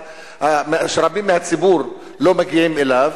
שרבים מהציבור לא מגיעים אליו.